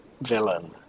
villain